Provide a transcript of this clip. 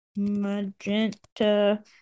Magenta